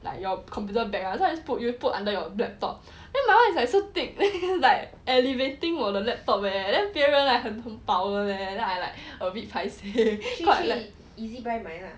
like your computer back ah so I just put you put under your laptop then my [one] is like so thick then like elevating 我的 laptop eh then 别人来很薄 leh then I like a bit paiseh